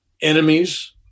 enemies